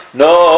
no